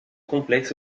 complexe